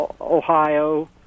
Ohio